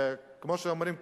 וכמו שאומרים,